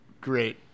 great